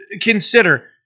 consider